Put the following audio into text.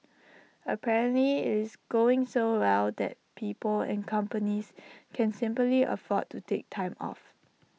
apparently IT is going so well that people and companies can simply afford to take time off